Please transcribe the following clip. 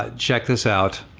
ah check this out.